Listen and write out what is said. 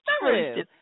true